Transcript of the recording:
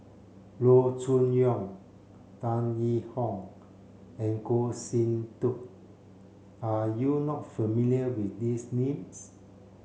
Loo Choon Yong Tan Yee Hong and Goh Sin Tub are you not familiar with these names